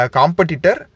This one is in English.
competitor